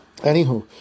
anywho